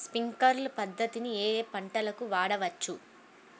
Sprinkler పద్ధతిని ఏ ఏ పంటలకు వాడవచ్చు?